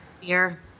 Beer